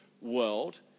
world